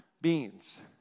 beings